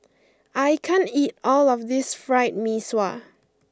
I can't eat all of this Fried Mee Sua